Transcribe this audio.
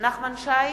נחמן שי,